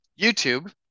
YouTube